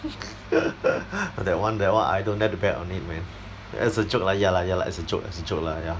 that [one] that [one] I don't dare to bet on it man as a joke lah ya lah ya lah as a joke as a joke lah ya